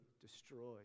destroyed